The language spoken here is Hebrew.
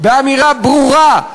באמירה ברורה,